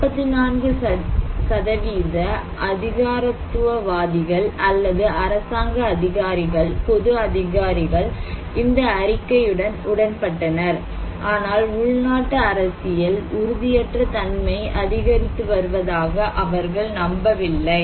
44 அதிகாரத்துவவாதிகள் அல்லது அரசாங்க அதிகாரிகள் பொது அதிகாரிகள் இந்த அறிக்கையுடன் உடன்பட்டனர் ஆனால் உள்நாட்டு அரசியல் உறுதியற்ற தன்மை அதிகரித்து வருவதாக அவர்கள் நம்பவில்லை